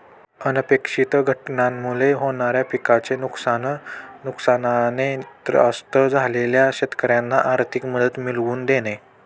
अनपेक्षित घटनांमुळे होणाऱ्या पिकाचे नुकसान, नुकसानाने त्रस्त झालेल्या शेतकऱ्यांना आर्थिक मदत मिळवून देणे